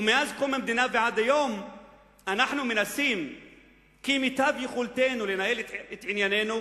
ומאז קום המדינה ועד היום אנחנו מנסים כמיטב יכולתנו לנהל את עניינינו,